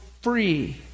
free